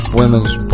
women's